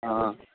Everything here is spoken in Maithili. हॅं